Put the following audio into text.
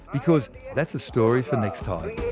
because that's a story for next time